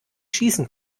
schießen